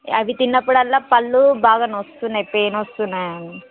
అవి తిన్నప్పుడల్లా పళ్ళు బాగా నొస్తున్నాయి పెయిన్ వస్తున్నాయి